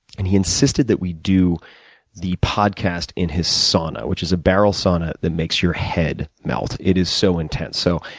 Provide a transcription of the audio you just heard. and he insisted that we do the podcast in his sauna. which is a barrel sauna, that makes your head melt, it is so intense. so,